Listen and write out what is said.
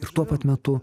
ir tuo pat metu